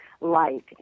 light